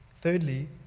Thirdly